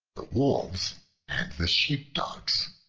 the wolves and the sheepdogs